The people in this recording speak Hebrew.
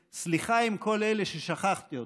וסליחה עם כל אלה ששכחתי אותם,